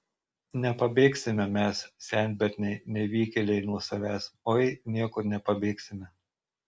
nepabėgsime mes senberniai nevykėliai nuo savęs oi niekur nepabėgsime